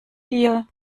dir